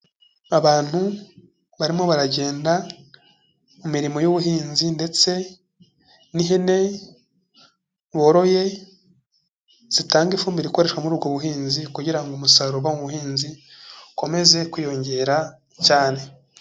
Abantu barimo baragenda mu mirimo y'ubuhinzi ndetse, n'ihene boroye, zitanga ifumbire ikoreshwa muri ubwo buhinzi kugira ngo umusaruro uva muri ubwo buhinzi ukomeze kwiyongera cyane.